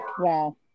Wow